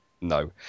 no